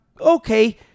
okay